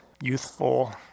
youthful